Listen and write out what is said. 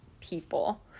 people